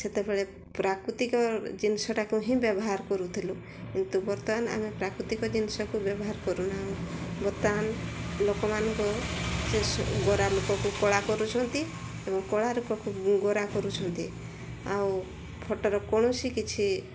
ସେତେବେଳେ ପ୍ରାକୃତିକ ଜିନିଷଟାକୁ ହିଁ ବ୍ୟବହାର କରୁଥିଲୁ କିନ୍ତୁ ବର୍ତ୍ତମାନ ଆମେ ପ୍ରାକୃତିକ ଜିନିଷକୁ ବ୍ୟବହାର କରୁନା ବର୍ତ୍ତମାନ ଲୋକମାନଙ୍କୁ ସେ ଗୋରା ଲୋକକୁ କଳା କରୁଛନ୍ତି ଏବଂ କଳା ଲୋକକୁ ଗୋରା କରୁଛନ୍ତି ଆଉ ଫଟୋର କୌଣସି କିଛି